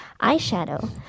eyeshadow